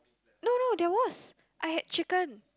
no no that was I had chicken